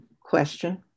question